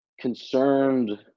concerned